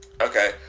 Okay